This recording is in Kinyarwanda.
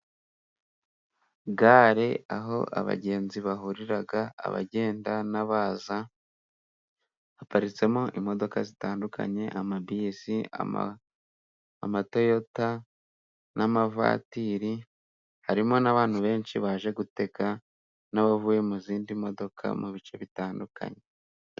Gare aho abagenzi bahurira abagenda n'abaza. Haparitsemo imodoka zitandukanye: amabisi, amatoyota, n'amavatiri. Harimo n'abantu benshi baje gutega, n'abavuye mu zindi modoka mu bice bitandukanye.